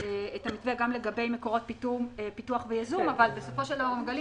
המתווה גם לגבי מקורות פיתוח וייזום אבל בסופו של דבר מגלים